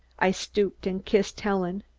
i stooped and kissed helen.